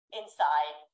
inside